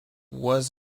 was